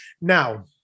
Now